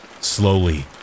Slowly